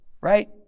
right